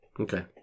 Okay